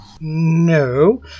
No